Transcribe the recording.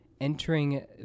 entering